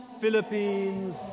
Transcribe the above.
Philippines